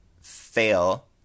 fail